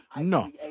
no